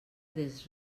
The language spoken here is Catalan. des